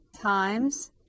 times